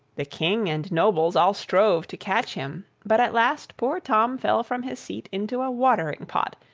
the king and nobles all strove to catch him, but at last poor tom fell from his seat into a watering-pot,